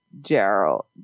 Gerald